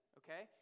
okay